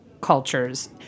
cultures